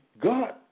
God